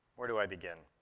where do i begin?